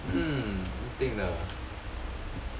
mm 一定的